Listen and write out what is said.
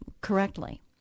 correctly